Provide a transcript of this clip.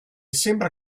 sembra